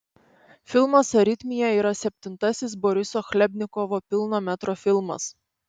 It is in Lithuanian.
filmas aritmija yra septintasis boriso chlebnikovo pilno metro filmas